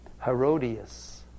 Herodias